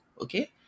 okay